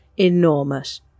Enormous